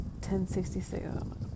1066